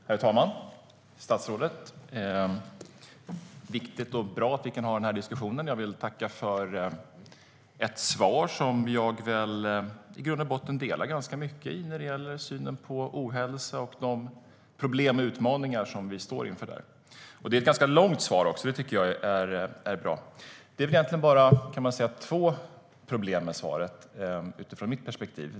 Herr talman, statsrådet! Det är viktigt och bra att vi kan ha den här diskussionen. Jag vill tacka för ett svar som jag i grund och botten instämmer i ganska mycket när det gäller synen på ohälsa och de problem och utmaningar som vi står inför där. Det är också ett ganska långt svar, och det tycker jag är bra. Det är egentligen bara två problem med svaret utifrån mitt perspektiv.